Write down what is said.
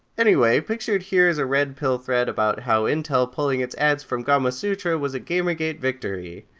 anyway, pictured here is a red pill thread about how intel pulling it's ads from gamasutra was a gamergate victory.